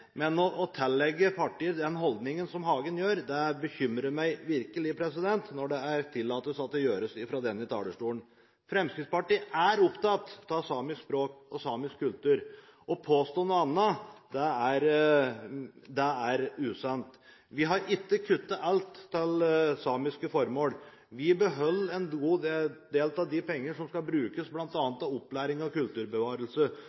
men å tillegge partier den holdningen som Hagen tillegger oss, bekymrer meg virkelig – når det fra denne talerstolen tillates at det gjøres. Fremskrittspartiet er opptatt av samisk språk og samisk kultur. Å påstå noe annet er usant. Vi har ikke kuttet i alt til samiske formål, vi beholder en god del av de pengene som skal brukes